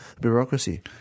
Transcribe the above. bureaucracy